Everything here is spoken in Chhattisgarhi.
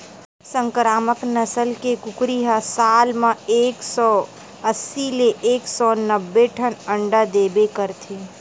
संकरामक नसल के कुकरी ह साल म एक सौ अस्सी ले एक सौ नब्बे ठन अंडा देबे करथे